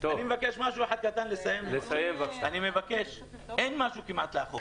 אני מבקש לומר משהו לסיום, אין משהו שאפשר לאכוף.